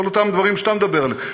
כל אותם דברים שאתה מדבר עליהם,